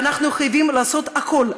ואנחנו חייבים לעשות הכול,